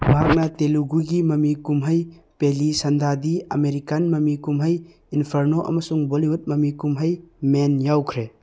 ꯃꯍꯥꯛꯅ ꯇꯦꯂꯨꯒꯨꯒꯤ ꯃꯃꯤ ꯀꯨꯝꯍꯩ ꯄꯦꯂꯤ ꯁꯟꯗꯥꯗꯤ ꯑꯃꯦꯔꯤꯀꯥꯟ ꯃꯃꯤ ꯀꯨꯝꯍꯩ ꯏꯟꯐꯔꯅꯣ ꯑꯃꯁꯨꯡ ꯕꯣꯜꯂꯤꯋꯨꯠ ꯃꯃꯤ ꯀꯨꯝꯍꯩ ꯃꯦꯟ ꯌꯥꯎꯈ꯭ꯔꯦ